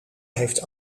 heeft